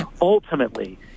ultimately